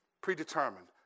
predetermined